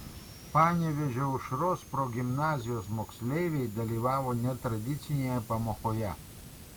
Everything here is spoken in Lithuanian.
panevėžio aušros progimnazijos moksleiviai dalyvavo netradicinėje pamokoje